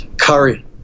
Curry